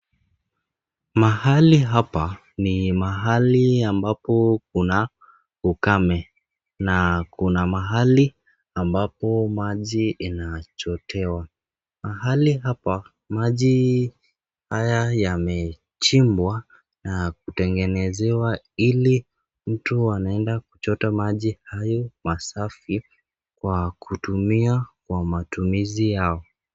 Mahali hapa ni mahali ambapo kuna ukame na kuna mahali ambapo maji inachotewa. Mahali hapa maji haya yamechimbwa na kuteng'enezewa ili mtu anaenda kuchota maji hayo masafi kwa kutumia kwa matumizi yao.